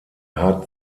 hat